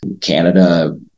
Canada